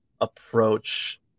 approach